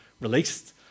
released